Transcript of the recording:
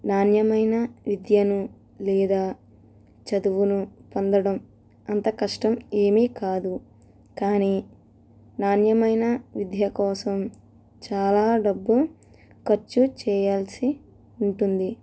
నాణ్యమైన విద్యను లేదా చదువును పొందడం ఎంత కష్టం ఏమీ కాదు కానీ నాణ్యమైన విద్య కోసం చాలా డబ్బు ఖర్చు చేయాల్సి ఉంటుంది